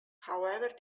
however